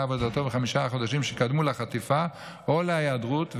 עבודתו בחמשת החודשים שקדמו לחטיפה או להיעדרות,